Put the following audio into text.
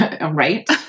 Right